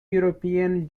european